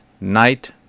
night